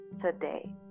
today